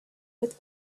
with